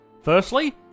Firstly